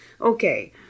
Okay